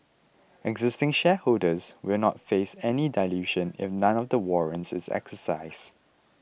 existing shareholders will not face any dilution if none of the warrants is exercised